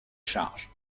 charges